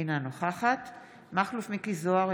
אינה נוכחת מכלוף מיקי זוהר,